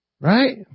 Right